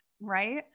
Right